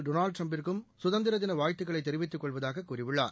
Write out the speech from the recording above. Donald ட்ரம்பிற்கும் சுதந்திர தின வாழத்துக்களை தெரிவித்துக் கொள்வதாக கூறியுள்ளார்